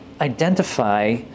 identify